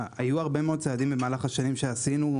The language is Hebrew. היו הרבה מאוד צעדים במהלך השנים שעשינו,